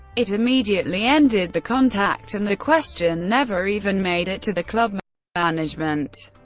it immediately ended the contact, and the question never even made it to the club management.